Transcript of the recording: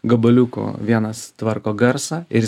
gabaliuko vienas tvarko garsą ir jis